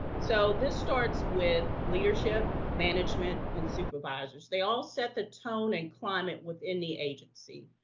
so, this starts with leadership, management, and supervisors. they all set the tone and climate within the agency.